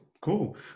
cool